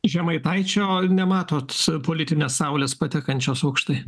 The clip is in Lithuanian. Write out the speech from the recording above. žemaitaičio nematot politinės saulės patekančios aukštai